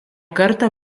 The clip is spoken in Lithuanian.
kartą